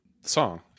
song